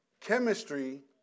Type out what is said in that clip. chemistry